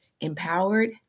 empowered